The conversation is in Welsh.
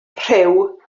rhyw